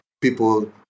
people